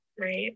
right